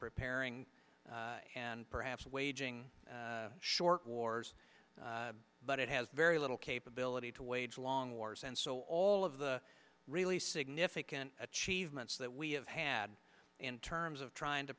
preparing and perhaps waging short wars but it has very little capability to wage long wars and so all of the really significant achievements that we have had in terms of trying to